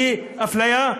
והיא אפליה,